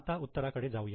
आता उत्तराकडे जाऊया